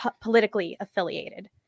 politically-affiliated